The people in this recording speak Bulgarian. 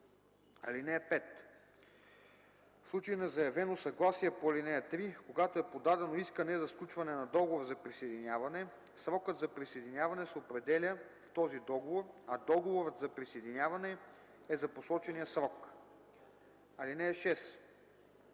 срок. (5) В случай на заявено съгласие по ал. 3, когато е подадено искане за сключване на договор за присъединяване, срокът за присъединяване се определя в този договор, а договорът за присъединяване е за посочения срок. (6)